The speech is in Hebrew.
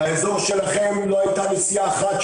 באזור שלכם לא הייתה נסיעה אחת,